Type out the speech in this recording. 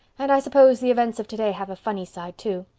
and i suppose the events of today have a funny side too.